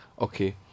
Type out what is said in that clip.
okay